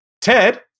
Ted